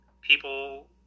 people